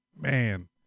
Man